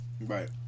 Right